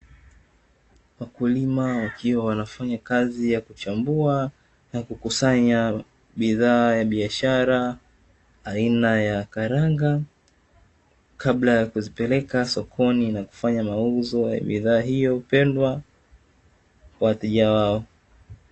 Wakulima wakiwa wanafanya kazi ya kuchambua na kukusanya bidhaa ya biashara aina ya karanga, kabla ya kuzipeleka sokoni na kufanya mauzo ya bidhaa hiyo pendwa, kwa wateja wao.